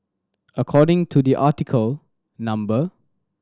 according to the article number